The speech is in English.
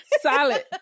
Solid